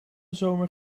zomer